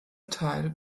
teil